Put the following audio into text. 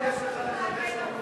גם נותנים לך, מה עוד יש לך לחדש לנו,